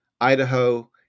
Idaho